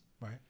right